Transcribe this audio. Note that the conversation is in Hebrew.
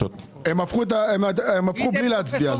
הם עשו הפיכה בלי להצביע.